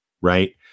right